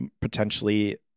potentially